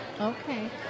Okay